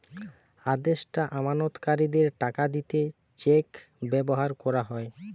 আদেষ্টা আমানতকারীদের টাকা দিতে চেক ব্যাভার কোরা হয়